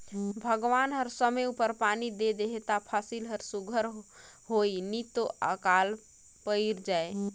भगवान हर समे उपर पानी दे देहे ता फसिल हर सुग्घर होए नी तो अकाल पइर जाए